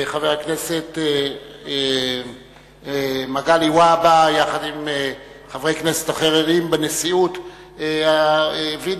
חבר הכנסת מגלי והבה וחברי כנסת אחרים בנשיאות הבינו